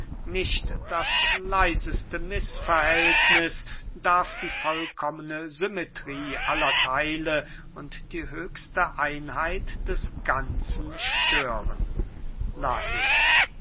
nicht das leiseste mißverhältniß darf die vollkommne symmetrie aller theile und die höchste einheit des ganzen stören lais